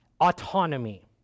autonomy